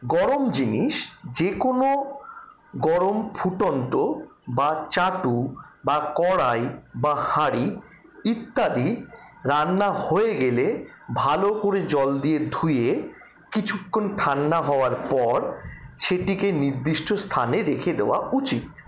গরম জিনিস যে কোনো গরম ফুটন্ত বা চাটু বা কড়াই বা হাঁড়ি ইত্যাদি রান্না হয়ে গেলে ভালো করে জল দিয়ে ধুয়ে কিছুক্ষণ ঠান্ডা হওয়ার পর সেটিকে নির্দিষ্ট স্থানে রেখে দেওয়া উচিত